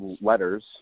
letters